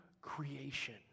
creation